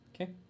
Okay